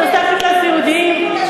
בתוספת לסיעודיים,